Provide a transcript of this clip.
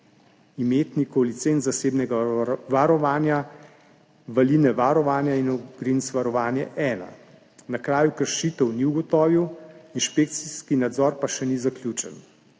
imetnikov licenc zasebnega varovanja Valina varovanje in OGRINC VAROVANJE 1. Na kraju kršitev ni ugotovil, inšpekcijski nadzor pa še ni zaključen.